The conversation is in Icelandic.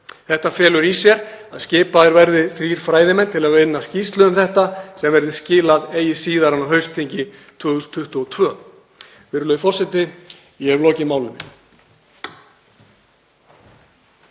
Þetta felur í sér að skipaðir verði þrír fræðimenn til að vinna skýrslu um þetta sem verður skilað eigi síðar en á haustþingi 2022. Virðulegi forseti. Ég hef lokið máli